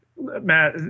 Matt